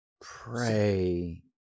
pray